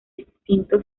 extinto